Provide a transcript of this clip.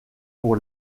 pour